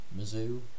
Mizzou